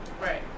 Right